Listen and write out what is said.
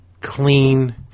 clean